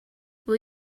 will